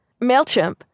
MailChimp